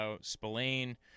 Spillane